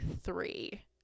three